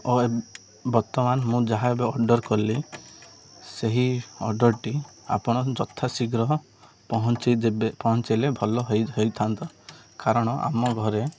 ଓ ବର୍ତ୍ତମାନ ମୁଁ ଯାହା ଏବେ ଅର୍ଡ଼ର୍ କଲି ସେହି ଅର୍ଡ଼ର୍ଟି ଆପଣ ଯଥା ଶୀଘ୍ର ପହଞ୍ଚାଇ ଦେବେ ପହଞ୍ଚାଇଲେ ଭଲ ହେଇଥାନ୍ତା କାରଣ ଆମ ଘରେ